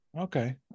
okay